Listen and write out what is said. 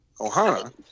Ohana